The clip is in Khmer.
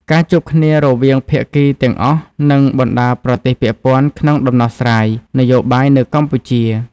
ការជួបគ្នារវាងភាគីទាំងអស់និងបណ្តាប្រទេសពាក់ព័ន្ធក្នុងដំណោះស្រាយ នយោបាយនៅកម្ពុជា។